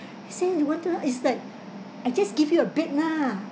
say you want to like is that I just give you a bit lah